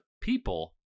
people